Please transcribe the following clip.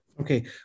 Okay